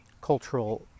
cultural